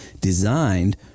designed